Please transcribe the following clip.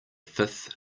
fifth